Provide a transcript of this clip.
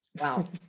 Wow